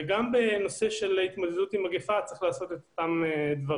גם בנושא של התמודדות עם מגפה צריך לעשות את אותם דברים.